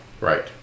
Right